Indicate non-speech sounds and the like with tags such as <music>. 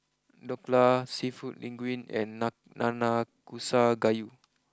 Dhokla Seafood Linguine and <unintelligible> Nanakusa Gayu